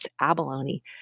abalone